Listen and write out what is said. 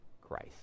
Christ